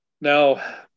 Now